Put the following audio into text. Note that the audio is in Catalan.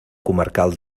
comarcal